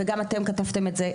וגם אתם כתבתם את זה,